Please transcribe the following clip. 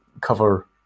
cover